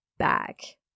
Back